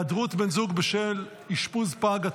התשפ"ה 2025, היעדרות בן זוג בשל אשפוז פג.